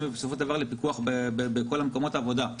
בסופו של דבר לפיקוח בכל מקומות העבודה.